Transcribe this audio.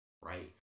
right